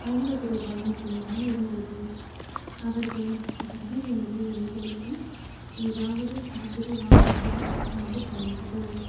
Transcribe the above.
ஐம்பது ரூபாய் மட்டும்தான் இருந்தது அவர்கள் திடீர் என்று எங்களுக்கும் ஏதாவது சாப்பிட வாங்கித்தா என்று சொன்னார்கள்